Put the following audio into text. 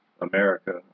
America